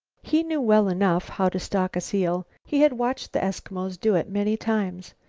he knew well enough how to stalk a seal he had watched the eskimos do it many times.